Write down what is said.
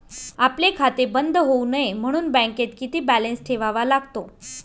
आपले खाते बंद होऊ नये म्हणून बँकेत किती बॅलन्स ठेवावा लागतो?